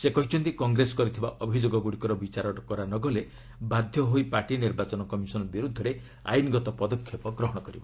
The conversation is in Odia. ସେ କହିଛନ୍ତି କଂଗ୍ରେସ କରିଥିବା ଅଭିଯୋଗଗୁଡ଼ିକର ବିଚାର ନହେଲେ ବାଧ୍ୟ ହୋଇ ପାର୍ଟି ନିର୍ବାଚନ କମିଶନ୍ ବିରୁଦ୍ଧରେ ଆଇନ୍ଗତ ପଦକ୍ଷେପ ଗ୍ରହଣ କରିବ